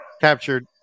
captured